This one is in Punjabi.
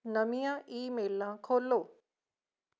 ਨਵੀਆਂ ਈਮੇਲਾਂ ਖੋਲ੍ਹੋ